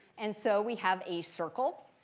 and so we have a circle.